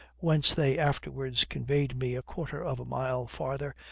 whence they afterwards conveyed me a quarter of a mile farther,